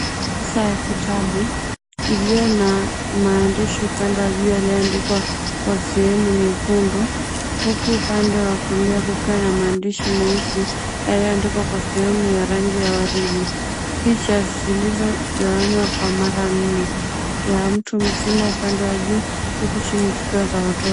Kasha ya kitabu iliyo na maandishi upande wa juu yaliyoandikwa kwa sehemu nyekundu huku upande wa kulia kukiwa na maandishi meusi yaliyoandikwa kwa sehemu ya rangi ya waridi picha zilizogawanywa kwa mara nne ya mtu mzima upande wa juu huku chini zikiwa za watoto.